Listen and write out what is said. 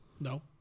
No